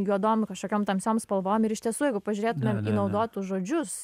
juodom kažkokiam tamsiom spalvom ir iš tiesų jeigu pažiūrėtume naudotus žodžius